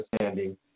understanding